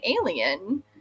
alien